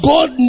God